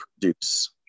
produce